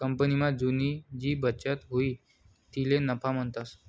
कंपनीमा तुनी जी बचत हुई तिले नफा म्हणतंस